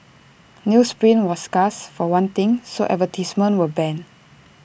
newsprint was scarce for one thing so advertisements were banned